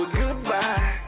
goodbye